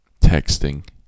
Texting